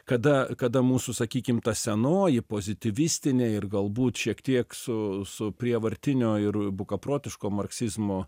kada kada mūsų sakykim ta senoji pozityvistinė ir galbūt šiek tiek su su prievartinio ir bukaprotiško marksizmo